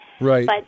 Right